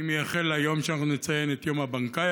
אני מייחל ליום שאנחנו נציין את יום הבנקאי